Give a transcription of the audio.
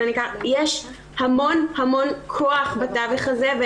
יש המון כוח בתווך הזה.